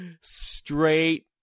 Straight